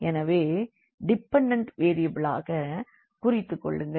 எனவே டிபன்டண்ட் வேரியபிளாக குறித்துக்கொள்ளுங்கள்